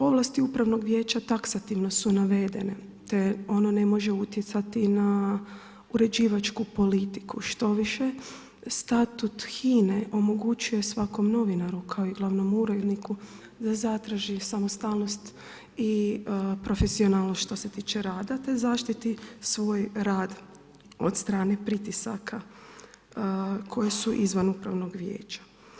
Ovlasti upravnog vijeća taksativno su naveden te ono ne može utjecati na uređivačku politiku, štoviše, statut HINA-e omogućuje svakom novinaru kao i glavnom uredniku da zadrži samostalnost i profesionalnost što se tiče rada te zaštiti svoj rad od strane pritisaka koji su izvan upravnog vijeća.